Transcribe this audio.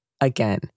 Again